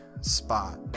spot